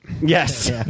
Yes